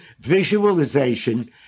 visualization